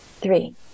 three